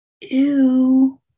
Ew